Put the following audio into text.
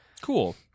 Cool